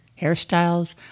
hairstyles